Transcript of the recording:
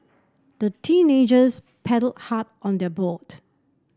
the teenagers paddled hard on their boat